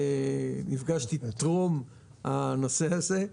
נפגשתי עוד טרום הנושא הזה.